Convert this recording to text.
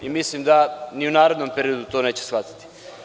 Mislim da i u narednom periodu to neće shvatiti.